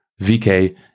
VK